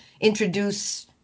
introduce